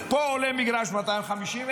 פה עולה מגרש 250,000,